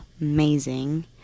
amazing